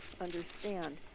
understand